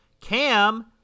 Cam